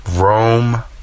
Rome